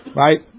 right